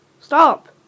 stop